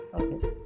Okay